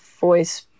voice